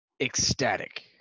ecstatic